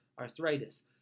arthritis